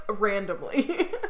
randomly